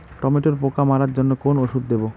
টমেটোর পোকা মারার জন্য কোন ওষুধ দেব?